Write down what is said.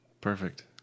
Perfect